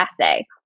essay